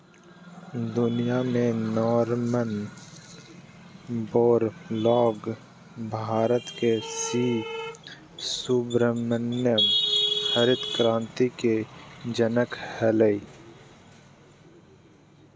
दुनिया में Norman Borlaug Bharat के सी सुब्रमण्यम हरित क्रांति के जनक हलई